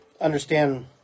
understand